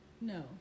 No